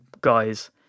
guys